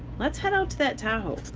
let's head out to that tahoe.